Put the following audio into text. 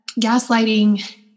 gaslighting